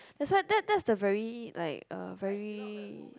that why that that the very like uh very